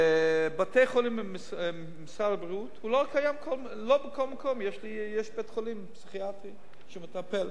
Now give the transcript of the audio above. בתי-חולים של משרד הבריאות לא בכל מקום יש בית-חולים פסיכיאטרי שמטפל.